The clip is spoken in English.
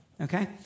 okay